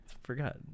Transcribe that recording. Forgot